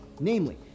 Namely